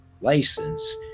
license